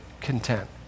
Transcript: content